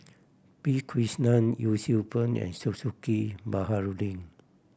P Krishnan Yee Siew Pun and Zulkifli Baharudin